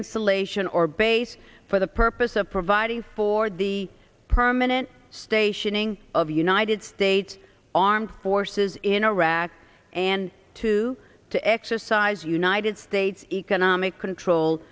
installation or base for the purpose of providing for the permanent stationing of united states armed forces in iraq and to to exercise united states economic control